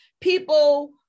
people